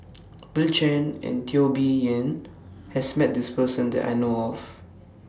Bill Chen and Teo Bee Yen has Met This Person that I know of